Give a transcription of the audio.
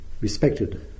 respected